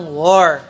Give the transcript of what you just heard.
war